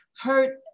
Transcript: hurt